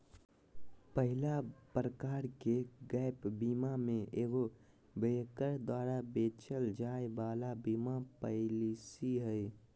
पहला प्रकार के गैप बीमा मे एगो ब्रोकर द्वारा बेचल जाय वाला बीमा पालिसी हय